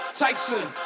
tyson